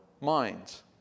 minds